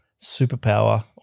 superpower